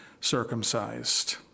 circumcised